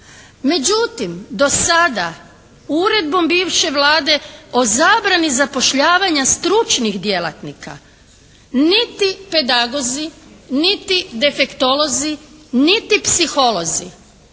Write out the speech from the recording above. Međutim do sada uredbom bivše Vlade o zabrani zapošljavanja stručnih djelatnika niti pedagozi, niti defektolozi, niti psiholozi